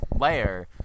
layer